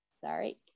Sorry